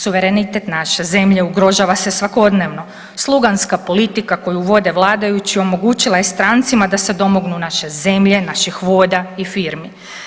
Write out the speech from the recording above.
Suverenitet naše zemlje ugrožava se svakodnevno, sluganska politika koju vode vladajući omogućila je strancima da se domognu naše zemlje, naših voda i firmi.